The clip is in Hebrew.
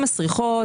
הן מסריחות,